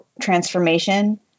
transformation